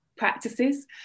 practices